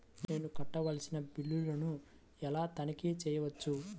నేను కట్టవలసిన బిల్లులను ఎలా తనిఖీ చెయ్యవచ్చు?